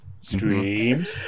streams